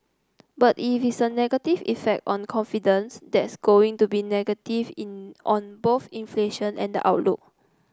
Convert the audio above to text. but if it's a negative effect on confidence that's going to be negative in on both inflation and the outlook